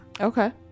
Okay